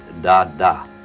Dada